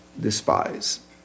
despise